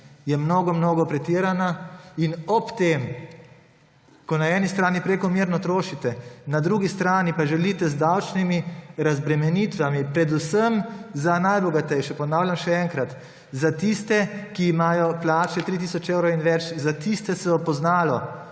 je mnogo mnogo pretirana. Ob tem, ko na eni strani prekomerno trošite, na drugi strani pa želite davčne razbremenitve predvsem za najbogatejše – ponavljam še enkrat, za tiste, ki imajo plače 3 tisoč evrov in več, za tiste se bo poznalo